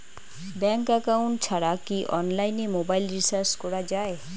Bank account ছাড়া কি অনলাইনে মোবাইল রিচার্জ করা যায়?